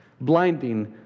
Blinding